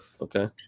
Okay